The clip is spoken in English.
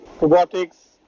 robotics